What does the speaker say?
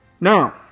Now